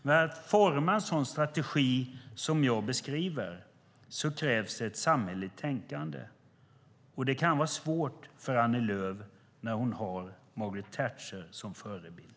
För att forma en sådan strategi som jag beskriver krävs ett samhälleligt tänkande. Det kan vara svårt för Annie Lööf när hon har Margaret Thatcher som förebild.